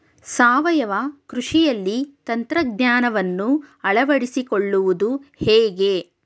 ಸಾವಯವ ಕೃಷಿಯಲ್ಲಿ ತಂತ್ರಜ್ಞಾನವನ್ನು ಅಳವಡಿಸಿಕೊಳ್ಳುವುದು ಹೇಗೆ?